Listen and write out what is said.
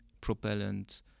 propellant